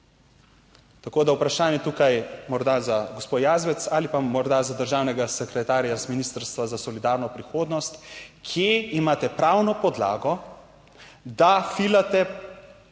Tako da vprašanje tukaj morda za gospo Jazbec ali pa morda za državnega sekretarja z Ministrstva za solidarno prihodnost, kje imate pravno podlago, da filate